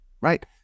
right